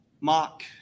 mock